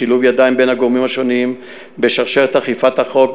שילוב ידיים של הגורמים השונים בשרשרת אכיפת החוק,